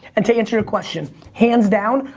and to answer your question, hands down,